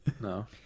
no